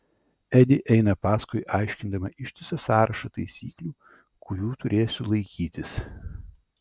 edi eina paskui aiškindama ištisą sąrašą taisyklių kurių turėsiu laikytis